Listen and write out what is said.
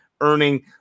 earning